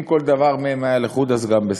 אם כל דבר מהם היה לחוד, אז גם בסדר.